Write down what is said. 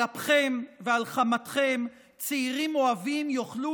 על אפכם ועל חמתכם צעירים אוהבים יוכלו